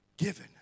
given